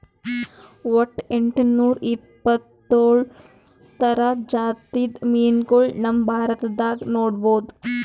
ವಟ್ಟ್ ಎಂಟನೂರಾ ಎಪ್ಪತ್ತೋಳ್ ಥರ ಜಾತಿದ್ ಮೀನ್ಗೊಳ್ ನಮ್ ಭಾರತದಾಗ್ ನೋಡ್ಬಹುದ್